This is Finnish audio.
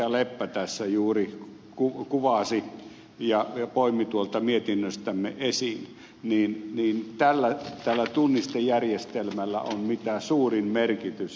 leppä tässä juuri kuvasi ja poimi tuolta mietinnöstämme esiin tällä tunnistejärjestelmällä on mitä suurin merkitys